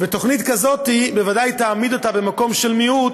ותוכנית כזאת בוודאי תעמיד אותה במקום של מיעוט,